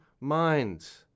minds